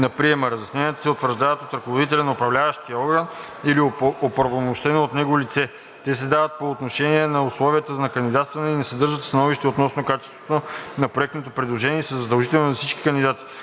на приема. Разясненията се утвърждават от ръководителя на управляващия орган или оправомощено от него лице. Те се дават по отношение на условията на кандидатстване, не съдържат становище относно качеството на проектното предложение и са задължителни за всички кандидати.